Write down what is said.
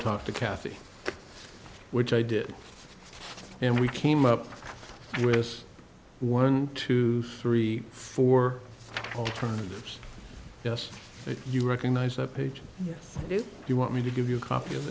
to kathy which i did and we came up with this one two three four alternatives yes you recognize that page do you want me to give you a copy of